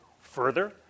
further